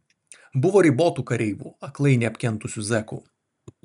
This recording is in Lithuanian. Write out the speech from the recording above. buvo ribotų kareivų aklai neapkentusių zekų